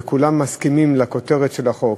וכולם מסכימים על הכותרת של החוק,